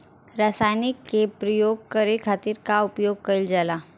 रसायनिक के प्रयोग करे खातिर का उपयोग कईल जाला?